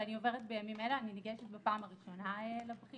ואני עוברת בימים אלה אני ניגשת בפעם הראשונה לבחינה